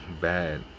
bad